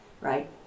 right